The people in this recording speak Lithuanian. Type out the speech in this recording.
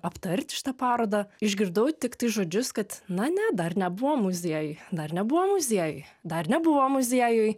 aptarti šitą parodą išgirdau tiktai žodžius kad na ne dar nebuvom muziejuj dar nebuvo muziejuj dar nebuvo muziejuj